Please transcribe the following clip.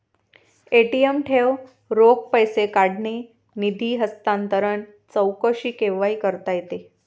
ATM ठेव, रोख पैसे काढणे, निधी हस्तांतरण, चौकशी केव्हाही करता येते